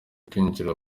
kwinjiza